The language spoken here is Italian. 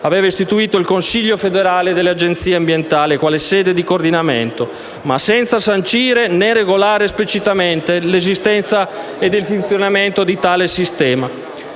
aveva istituito il Consiglio federale delle Agenzie ambientali quale sede di coordinamento, ma senza sancire, né regolare esplicitamente, l'esistenza e il funzionamento di tale Sistema